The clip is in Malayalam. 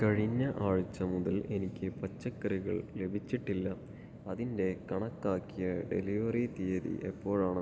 കഴിഞ്ഞ ആഴ്ച മുതൽ എനിക്ക് പച്ചക്കറികൾ ലഭിച്ചിട്ടില്ല അതിൻ്റെ കണക്കാക്കിയ ഡെലിവറി തീയതി എപ്പോഴാണ്